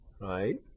right